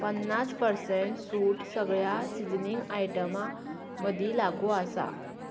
पन्नास पर्सेंट सूट सगळ्या सिजनींग आयटमां मदीं लागू आसा